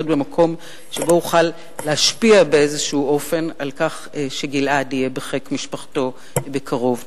במקום שבו אוכל להשפיע על כך שגלעד יהיה בחיק משפחתו בקרוב.